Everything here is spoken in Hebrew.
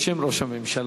בשם ראש הממשלה,